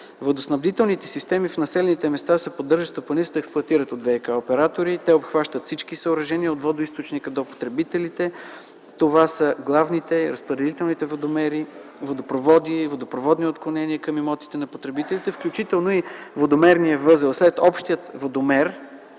Водоснабдителните системи в населените места се поддържат, стопанисват и експлоатират от ВиК оператори. Те обхващат всички съоръжения от водоизточника до потребителите. Това са главните, разпределителните водомери, водопроводи, водопроводни отклонения към имотите на потребителите, включително и водомерния възел след общия водомер.